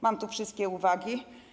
Mam tu wszystkie uwagi.